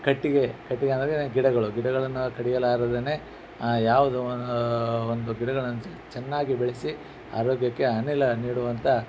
ಕಟ್ಟಿಗೆ ಕಟ್ಟಿಗೆಯಂದರೆ ಗಿಡಗಳು ಗಿಡಗಳನ್ನು ಕಡಿಯಲಾರದೇ ಯಾವುದು ಒಂದು ಗಿಡಗಳನ್ನ ಚೆನ್ನಾಗಿ ಬೆಳೆಸಿ ಆರೋಗ್ಯಕ್ಕೆ ಅನಿಲ ನೀಡುವಂಥ